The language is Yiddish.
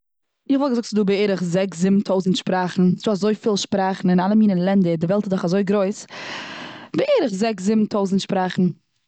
איך וואלט געזאגט ס'איז דא בערך זעקס, זיבן טויזנט שפראכן. ס'דא אזוי פיל שפראכן און אלע לענדער, די וועלט איז דאך אזוי גרויס. בערך זעקס, זיבן, טויזנט שפראכן.